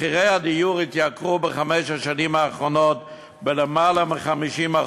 מחירי הדיור עלו בחמש השנים האחרונות בלמעלה מ-50%,